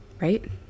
right